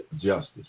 justice